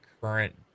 current